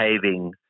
behaving